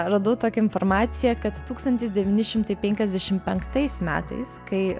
radau tokią informaciją kad tūkstantis devyni šimtai penkiasdešimt penktais metais kai